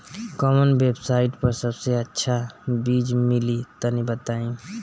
कवन वेबसाइट पर सबसे अच्छा बीज मिली तनि बताई?